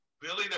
Billy